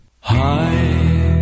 Hi